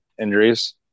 injuries –